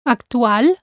Actual